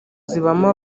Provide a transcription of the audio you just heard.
zibamo